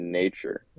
nature